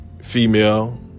female